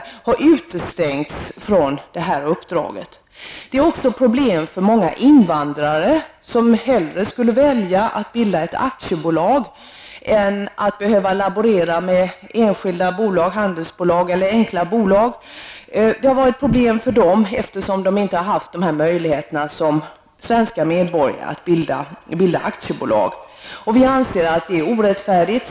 De har utestängts från det här uppdraget. Det är också problem för många invandrare som hellre skulle välja att bilda aktiebolag än att behöva laborera med enskilda bolag, handelsbolag eller enkla bolag. Det har varit problem för dem eftersom de inte har haft samma möjligheter som svenska medborgare att bilda aktiebolag. Vi anser att det är orättfärdigt.